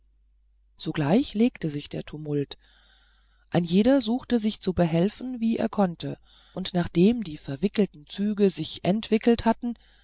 sogleich legte sich der tumult ein jeder suchte sich zu behelfen wie er konnte und nachdem die verwickelten züge sich entwickelt hatten